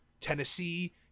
Tennessee